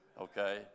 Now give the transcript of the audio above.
okay